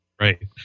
Right